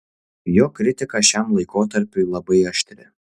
jo kritika šiam laikotarpiui labai aštri